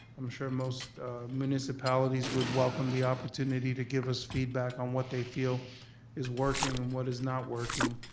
i'm sure most municipalities would welcome the opportunity to give us feedback on what they feel is working and what is not working.